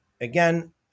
Again